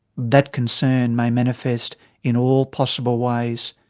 that concern may manifest in all possible ways.